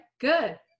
good